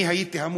אני הייתי המום.